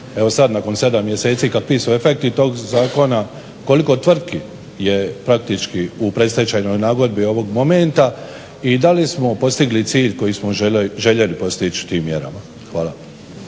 evo sad nakon 7 mjeseci kad … /Govornik se ne razumije./… toga zakona koliko tvrtki je praktički u predstečajnoj nagodbi ovog momenta i da li smo postigli cilj koji smo željeli postići tim mjerama? Hvala.